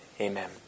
amen